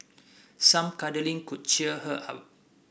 some cuddling could cheer her up